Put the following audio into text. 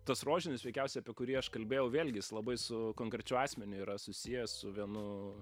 tas rožinis veikiausiai apie kurį aš kalbėjau vėlgi jis labai su konkrečiu asmeniu yra susijęs su vienu